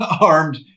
armed